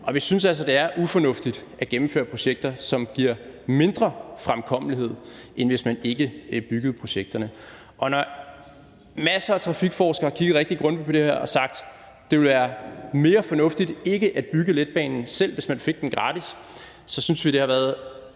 Vi synes altså, det er ufornuftigt at gennemføre projekter, som giver mindre fremkommelighed, end hvis man ikke byggede projekterne. Og når masser af trafikforskere har kigget rigtig grundigt på det her og sagt, at det ville være mere fornuftigt ikke at bygge letbanen, selv hvis man fik den gratis, så synes vi, det er ærgerligt,